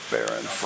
Baron